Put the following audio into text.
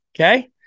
Okay